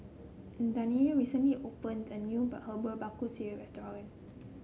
Danyelle recently opened a new Herbal Bak Ku Teh Restaurant